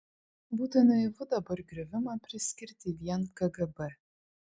būtų naivu dabar griovimą priskirti vien kgb